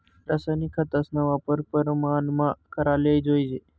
रासायनिक खतस्ना वापर परमानमा कराले जोयजे